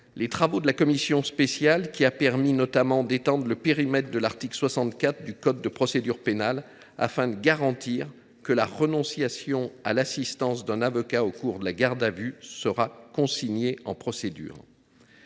les travaux de la commission spéciale qui ont permis d’étendre le périmètre de l’article 64 du code de procédure pénale, afin de garantir que la renonciation à l’assistance d’un avocat au cours de la garde à vue soit consignée en procédure.